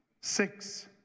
Six